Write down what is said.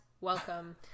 Welcome